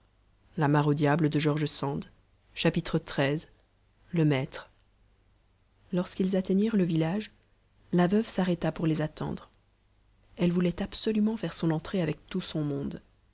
xiii le maitre lorsqu'ils atteignirent le village la veuve s'arrêta pour les attendre elle voulait absolument faire son entrée avec tout son monde